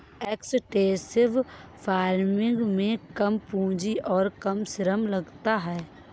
extensive farming में कम पूंजी और श्रम लगती है